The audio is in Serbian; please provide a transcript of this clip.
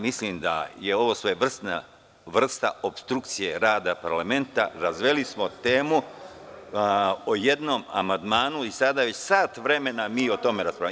Mislim da je sve ovo svojevrsna vrsta opstrukcije rada parlamenta, razveli smo temu o jednom amandmanu i sada već sat vremena mi o tome raspravljamo.